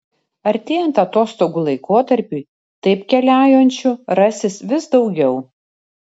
artėjant atostogų laikotarpiui taip keliaujančių rasis vis daugiau